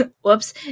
Whoops